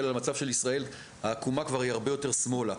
על המצב של ישראל העקומה כבר היא הרבה יותר שמאלה.